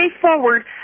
forward